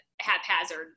haphazard